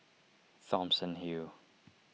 Thomson Hill